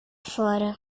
fora